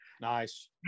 Nice